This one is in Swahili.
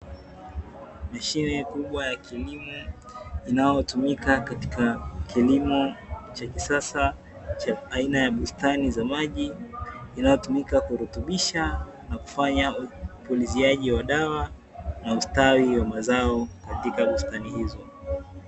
Mashine inayo tumika ajiri ya kimo na upandaji wa mbegu huku ikiendeshwa kupitia trekta maalumu ambalo hutumia mkono katika usafirishaji wake.